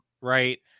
right